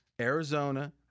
Arizona